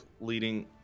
leading